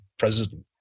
president